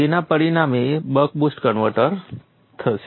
જેના પરિણામે buck boost converter થશે